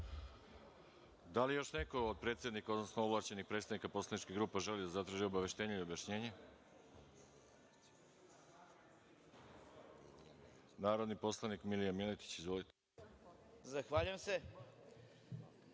Da li još neko od predsednika, odnosno ovlašćenih predstavnika poslaničkih grupa želi da zatraži obaveštenje i objašnjenje? Reč ima narodni poslanik Milija Miletić. Izvolite. **Milija